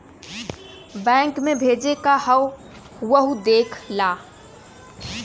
bank मे भेजे क हौ वहु देख ला